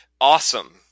Awesome